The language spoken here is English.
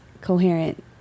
coherent